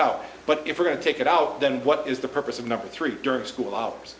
out but if we're going to take it out then what is the purpose of number three during school hours